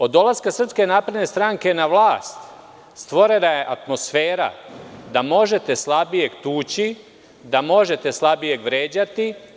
Od dolaska SNS na vlast stvorena je atmosfera da možete slabijeg tući, da možete slabijeg vređati.